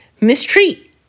mistreat